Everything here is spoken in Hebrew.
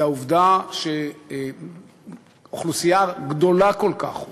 זו העובדה שאוכלוסייה גדולה כל כך,